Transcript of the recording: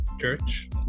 church